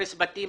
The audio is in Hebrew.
הרס בתים,